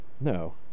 no